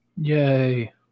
Yay